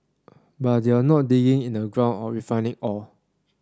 but they're not digging in the ground or refining ore